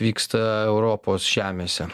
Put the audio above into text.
vyksta europos žemėse